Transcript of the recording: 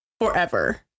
forever